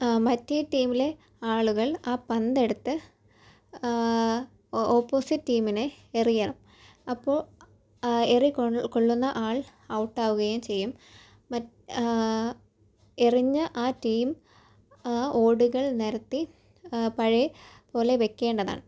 മറ്റേ ടീമിലെ ആളുകൾ ആ പന്തെടുത്ത് ഓപ്പോസിറ്റ് ടീമിനെ എറിയണം അപ്പോൾ എറി കൊള്ളുന്ന ആൾ ഔട്ടാവുകയും ചെയ്യും മറ്റ് എറിഞ്ഞ ആ ടീം ആ ഓടുകൾ നിരത്തി പഴയ പോലെ വയ്ക്കേണ്ടതാണ്